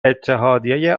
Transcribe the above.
اتحادیه